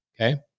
Okay